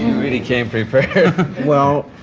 really came prepared well,